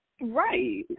Right